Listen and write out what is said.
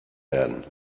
werden